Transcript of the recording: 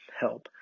help